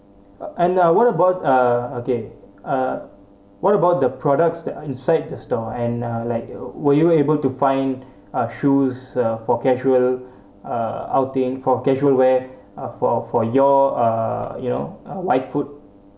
uh and uh what about uh okay uh what about the products that are inside the store and uh like were you able to find a shoes uh for casual uh outing for casual wear uh for for your uh you know uh wide foot